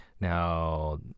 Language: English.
Now